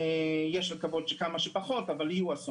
יש לקוות שכמה שפחות אבל יהיו עוד,